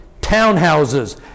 townhouses